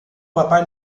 papai